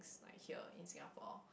like here in Singapore